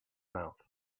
mouth